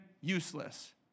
useless